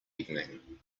evening